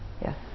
Yes